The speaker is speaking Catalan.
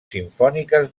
simfòniques